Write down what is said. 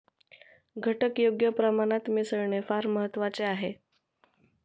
घटक योग्य प्रमाणात मिसळणे फार महत्वाचे आहे